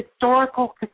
historical